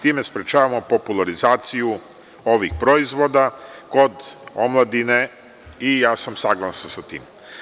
Time sprečavamo popularizaciju ovih proizvoda kod omladine i ja sam saglasan sa tim.